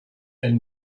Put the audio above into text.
elle